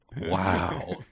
Wow